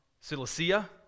Cilicia